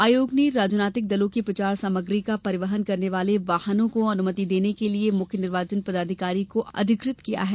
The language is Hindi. आयोग ने राजनीतिक दलों की प्रचार सामग्री का परिवहन करने वाले वाहनो को अनुमति देने के लिए मुख्य निर्वाचन पदाधिकारी को अधिकृत किया है